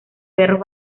perros